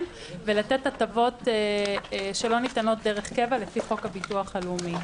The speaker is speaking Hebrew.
ולתת הטבות שלא ניתנות דרך קבע לפי חוק הביטוח הלאומי.